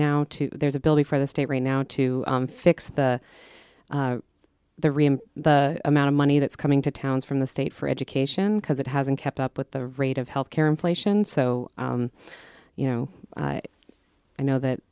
now to there's ability for the state right now to fix the the reem the amount of money that's coming to towns from the state for education because it hasn't kept up with the rate of health care inflation so you know i know that